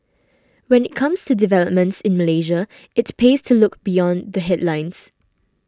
when it comes to developments in Malaysia it pays to look beyond the headlines